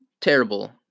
terrible